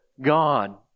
God